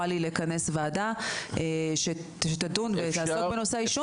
לי לכנס ועדה שתדון ותעסוק בנושא העישון.